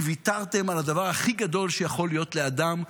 כי ויתרתם על הדבר הכי גדול שיכול להיות לאדם,